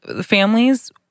families